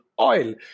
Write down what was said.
Oil